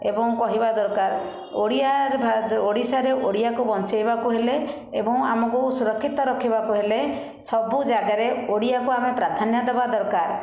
ଏବଂ କହିବା ଦରକାର ଓଡ଼ିଆରେ ଓଡ଼ିଶାରେ ଓଡ଼ିଆକୁ ବଞ୍ଚେଇବାକୁ ହେଲେ ଏବଂ ଆମକୁ ସୁରକ୍ଷିତ ରଖିବାକୁ ହେଲେ ସବୁ ଜାଗାରେ ଓଡ଼ିଆକୁ ଆମେ ପ୍ରାଧାନ୍ୟ ଦେବା ଦରକାର